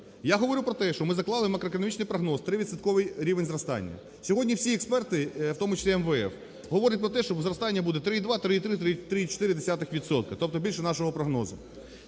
Я говорю про те, що ми заклали макроекономічний прогноз: 3-відсоткий рівень зростання. Сьогодні всі експерти, в тому числі МВФ, говорять про те, що зростання буде 3,2; 3,3; 3,4 відсотки, тобто більше нашого прогнозу.